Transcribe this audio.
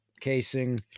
casing